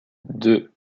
deux